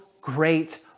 great